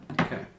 Okay